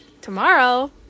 tomorrow